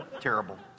terrible